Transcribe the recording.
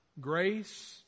grace